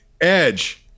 Edge